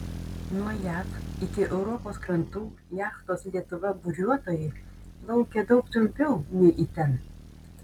nuo jav iki europos krantų jachtos lietuva buriuotojai plaukė daug trumpiau nei į ten